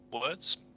words